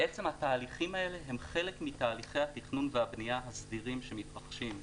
התהליכים האלה הם חלק מתהליכי התכנון והבנייה הסדירים שמתרחשים.